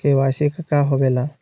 KYC का होवेला?